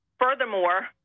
Furthermore